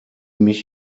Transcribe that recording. mich